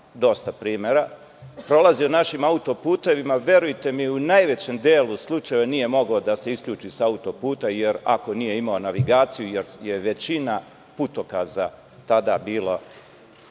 dosta primera, prolazio našim autoputevima, verujte mi u najvećem delu slučajeva nije mogao da se isključi sa autoputa ako nije imao navigaciju, jer je većina putokaza tada bila